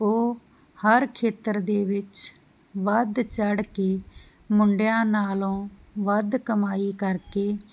ਉਹ ਹਰ ਖੇਤਰ ਦੇ ਵਿੱਚ ਵੱਧ ਚੜ ਕੇ ਮੁੰਡਿਆਂ ਨਾਲੋਂ ਵੱਧ ਕਮਾਈ ਕਰਕੇ